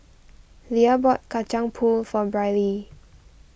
Lia bought Kacang Pool for Brylee